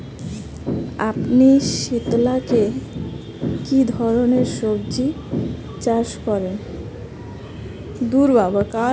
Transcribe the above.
আপনি শীতকালে কী ধরনের সবজী চাষ করেন?